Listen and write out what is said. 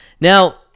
now